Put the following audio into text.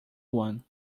one